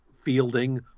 Fielding